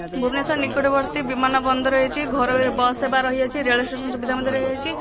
ଭୁବନେଶ୍ୱର ନିକଟବର୍ତ୍ତୀ ବିମାନ ବନ୍ଦର ହେଇଛି ଘରୋଇ ବସ୍ ସେବା ରହିଅଛି ରେଳ ଷ୍ଟେସନ୍ ସୁବିଧା ମଧ୍ୟ ରହିଅଛି